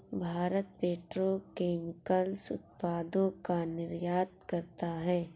Bharat petro chemicals उत्पादों का निर्यात करता है